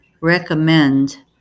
recommend